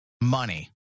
money